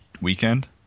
weekend